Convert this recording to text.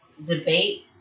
debate